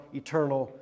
eternal